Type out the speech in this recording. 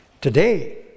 Today